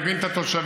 מבין את התושבים,